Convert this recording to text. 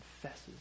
Confesses